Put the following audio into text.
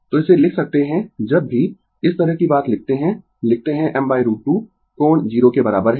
तो इसे लिख सकते है जब भी इस तरह की बात लिखते है लिखते है m√ 2 कोण 0 के बराबर है